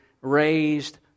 raised